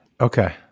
Okay